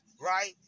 right